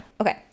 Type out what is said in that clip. okay